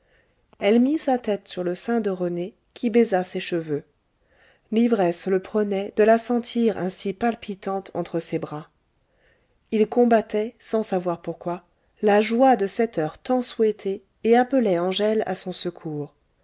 elle mit sa tête sur le sein de rené qui baisa ses cheveux l'ivresse le prenait de la sentir ainsi palpitante entre bras il combattait sans savoir pourquoi la joie de cette heure tant souhaitée et appelait angèle a son secours